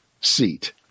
seat